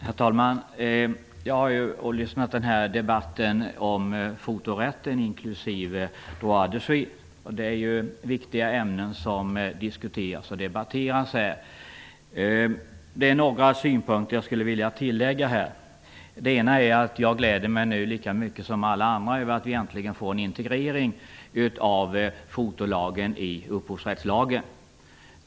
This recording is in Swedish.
Herr talman! Jag har lyssnat på debatten om fotorätten inklusive ''droit de suite'', och det är en viktig debatt. Det finns några synpunkter som jag skulle vilja tillägga. Jag gläder mig lika mycket som alla andra över att vi äntligen får en integrering av fotolagen i upphovsrättslagen.